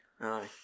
Aye